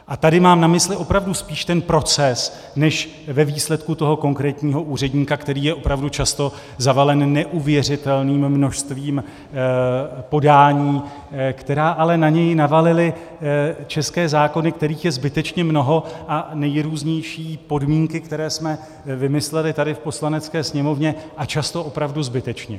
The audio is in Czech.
A tady mám na mysli opravdu spíš ten proces než ve výsledku toho konkrétního úředníka, který je opravdu často zavalen neuvěřitelným množstvím podání, která ale na něj navalily české zákony, kterých je zbytečně mnoho, a nejrůznější podmínky, které jsme vymysleli tady v Poslanecké sněmovně, a často opravdu zbytečně.